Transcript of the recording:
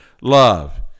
love